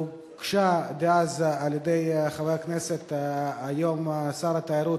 היא הוגשה על-ידי חבר הכנסת דאז, היום שר התיירות,